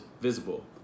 visible